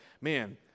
man